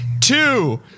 Two